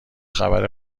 خبر